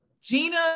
Gina